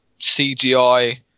CGI